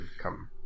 come